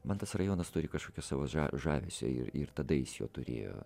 man tas rajonas turi kažkokio savo žavesio ir ir tada jis jo turėjo